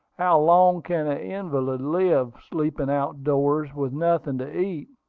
how long can an invalid live, sleeping out-doors, with nothing to eat?